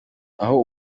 aho